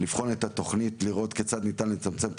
לבחון את התוכנית לראות כיצד ניתן לצמצם את